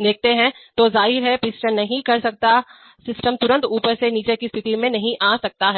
दिखते हैं तो जाहिर है पिस्टन नहीं कर सकता सिस्टम तुरंत ऊपर से नीचे की स्थिति में नहीं आ सकता है